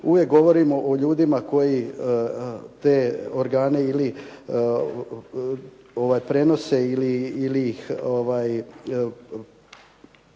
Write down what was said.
uvijek govorimo o ljudima koji te organe ili prenose ili ih